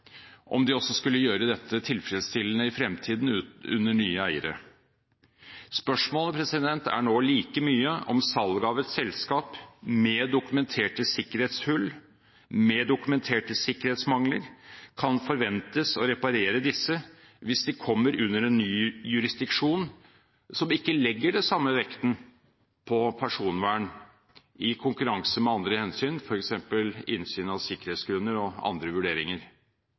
om de også skulle gjøre dette tilfredsstillende i fremtiden under nye eiere. Spørsmålet er nå like mye om salget av et selskap med dokumenterte sikkerhetshull, med dokumenterte sikkerhetsmangler, kan forventes å reparere disse hvis de kommer under en ny jurisdiksjon som ikke legger den samme vekten på personvern i konkurranse med andre hensyn, f.eks. innsyn av sikkerhetsgrunner og andre vurderinger.